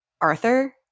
Arthur